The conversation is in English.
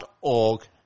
.org